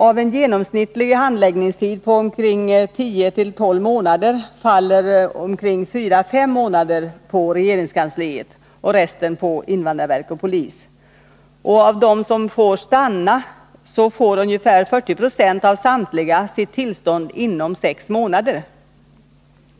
Av en genomsnittlig handläggningstid på 10-12 månader faller 4-5 månader på regeringskansliet och resten på invandrarverk och polis, men av dem som får stanna får ungefär 40 96 av samtliga sitt tillstånd inom 6 månader.